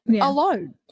alone